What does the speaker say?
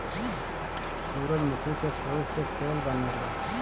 सूरजमुखी के फूल से तेल बनेला